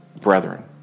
brethren